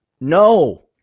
no